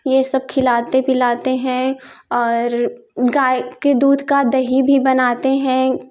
ये सब खिलाते पिलाते हैं और गाय के दूध का दही भी बनाते हैं